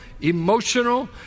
emotional